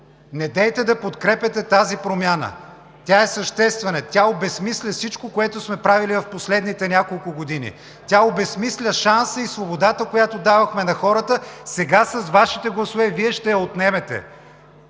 Недейте да подкрепяте тази промяна! Тя е съществена, тя обезсмисля всичко, което сме правили в последните няколко години. Тя обезсмисля шанса и свободата, която давахме на хората, а сега с Вашите гласове Вие ще я отнемете.